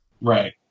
Right